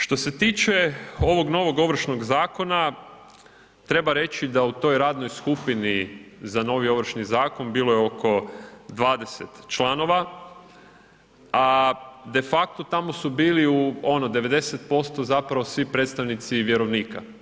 Što se tiče ovog novog Ovršnog zakona, treba reći da u toj radnoj skupini za novi Ovršni zakon, bilo je oko 20 članova, a de facto tamo su bili, ono u 90% zapravo svi predstavnici vjerovnika.